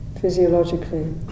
physiologically